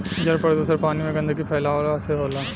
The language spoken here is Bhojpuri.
जल प्रदुषण पानी में गन्दगी फैलावला से होला